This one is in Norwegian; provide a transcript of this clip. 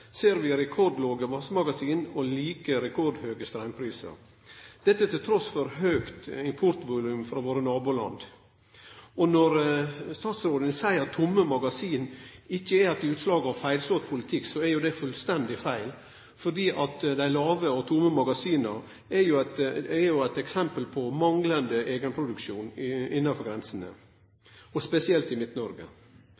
ser vi i rekordlåge vassmagasin og like rekordhøge straumprisar, trass i for høgt importvolum frå våre naboland. Når statsråden seier at tomme magasin ikkje er eit utslag av feilslått politikk, er det fullstendig feil, for dei låge og tomme magasina er eit eksempel på manglande eigenproduksjon innafor grensene, spesielt i